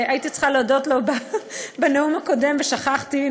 שהייתי צריכה להודות לו בנאום הקודם ושכחתי,